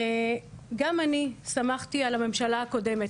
גם אני שמחתי על הממשלה הקודמת,